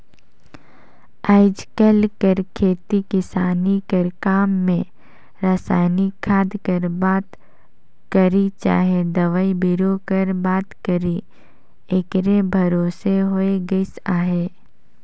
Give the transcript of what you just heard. आएज काएल कर खेती किसानी कर काम में रसइनिक खाद कर बात करी चहे दवई बीरो कर बात करी एकरे भरोसे होए गइस अहे